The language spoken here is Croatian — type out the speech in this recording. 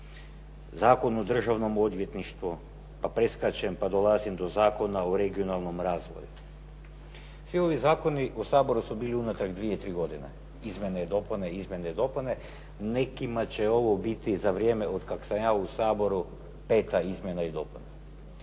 Zakon o državnom odvjetništvu, pa preskačem pa dolazim do Zakona o regionalnom razvoju. Svi ovi zakoni u Saboru su bili unatrag dvije, tri godine izmjene i dopune, izmjene i dopune. Nekima će ovo biti za vrijeme od kak sam ja u Saboru peta izmjena i dopuna.